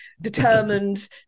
determined